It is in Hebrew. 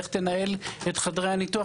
איך תנהל את חדרי הניתוח?